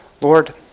Lord